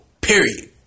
Period